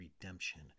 redemption